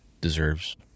deserves